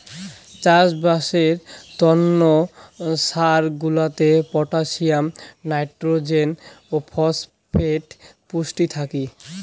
চাষবাসের তন্ন সার গুলাতে পটাসিয়াম, নাইট্রোজেন, ফসফেট পুষ্টি থাকি